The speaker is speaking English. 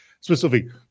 specifically